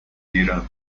گیرم